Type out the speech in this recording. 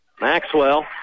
Maxwell